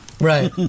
Right